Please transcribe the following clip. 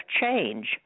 change